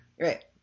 right